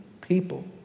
people